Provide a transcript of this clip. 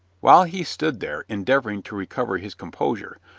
while he stood there, endeavoring to recover his composure,